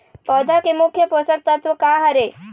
पौधा के मुख्य पोषकतत्व का हर हे?